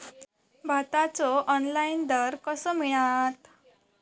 भाताचो ऑनलाइन दर कसो मिळात?